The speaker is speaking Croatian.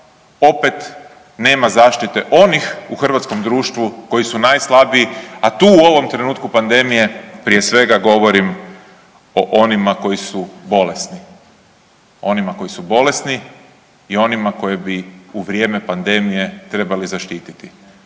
opet nema zaštite onih u hrvatskom društvu koji su najslabiji, a tu u ovom trenutku pandemije prije svega govorim o onima koji su bolesni. Onima koji su bolesni i one koje bi u vrijeme pandemije trebali zaštiti.